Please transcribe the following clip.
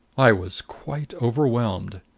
i was quite overwhelmed.